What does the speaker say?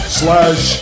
slash